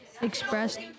expressed